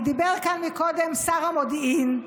כי דיבר כאן קודם שר המודיעין,